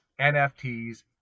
NFTs